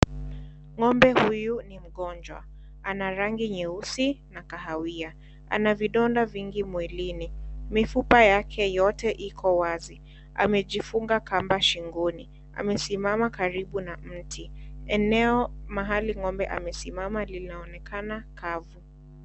Ng'ombe huyu ni mgonjwa, ana rangi nyeusi na kahawia. Ana vidonda vingi mwilini, mifupa yake yote iko wazi. Amejifunga kamba shingoni. Amesimama karibu na mti, eneo mahali n'ombe amesimama linaonekana kavu.